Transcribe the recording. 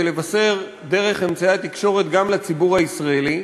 ולבשר דרך אמצעי התקשורת גם לציבור הישראלי,